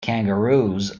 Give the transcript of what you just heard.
kangaroos